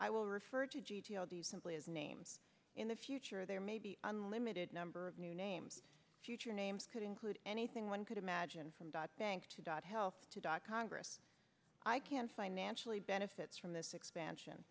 i will refer to g t o these simply as names in the future there may be unlimited number of new names future names could include anything one could imagine from god thanks to dod health to dot congress i can financially benefit from this expansion